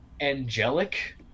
angelic